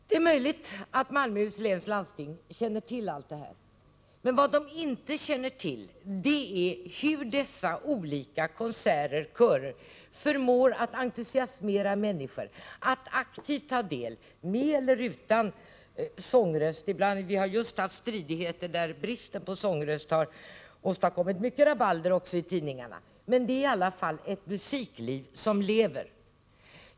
Det är möjligt att Malmöhus läns landsting känner till allt detta. Men vad man där inte känner till är hur dessa olika konserter och körer förmår att entusiasmera människor att aktivt ta del i detta, mer eller mindre utan sångröst — vi har just haft stridigheter där bristen på sångröst åstadkommit mycket rabalder även i tidningarna. Men det är i alla fall ett aktivt musikliv.